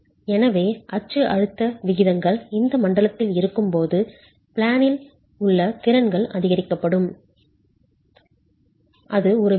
எனவே அச்சு அழுத்த விகிதங்கள் இந்த மண்டலத்தில் இருக்கும்போது பிளேனில் உள்ள திறன்கள் அதிகரிக்கப்படும் அது ஒரு விஷயம்